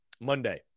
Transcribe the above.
Monday